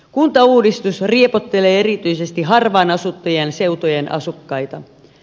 kuntauudistus riepottelee erityisesti harvaan asuttujen seutujen asukkaita